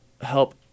help